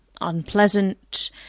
unpleasant